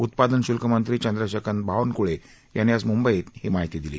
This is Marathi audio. उत्पादन शुल्कमंत्री चंद्रशेखर बावनकळे यांनी आज मुंबईत ही माहिती दिली